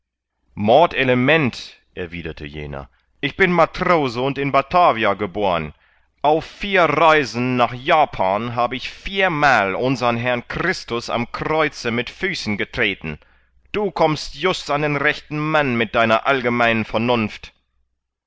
mordelement erwiderte jener ich bin matrose und in batavia geboren auf vier reisen nach japan hab ich viermal unsern herrn christus am kreuze mit füßen getreten du kommst just an den rechten mann mit deiner allgemeinen vernunft